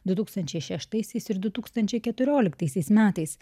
du tūkstančiai šeštaisiais ir du tūkstančiai keturioliktaisiais metais